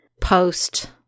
post